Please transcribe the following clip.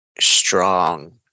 strong